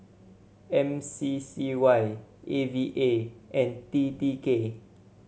M C C Y A V A and T T K